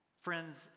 Friends